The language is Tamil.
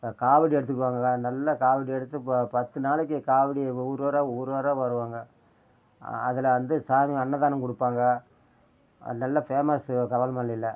காவடி எடுத்துக்கோங்களேன் நல்லா காவடி எடுத்து இப்போ பத்து நாளைக்கு காவடி ஊர் ஊராக ஊர் ஊராக வருவாங்க அதில் வந்து சாமி அன்னதானம் கொடுப்பாங்க நல்ல ஃபேமஸ் மலையில